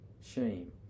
shame